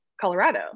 Colorado